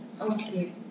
Okay